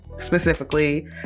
specifically